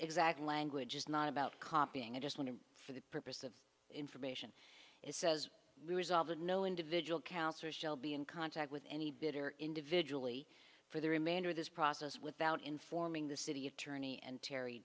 exact language is not about copying i just want to for the purpose of information it says resolve that no individual counts are shall be in contact with any bidder individually for the remainder of this process without informing the city attorney and terry